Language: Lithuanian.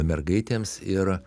mergaitėms ir